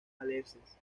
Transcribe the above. alerces